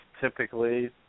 typically